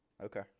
Okay